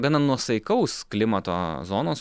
gana nuosaikaus klimato zonos